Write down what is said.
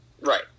Right